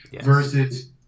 versus